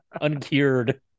uncured